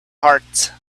heart